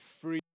free